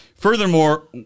Furthermore